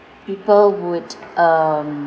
people would um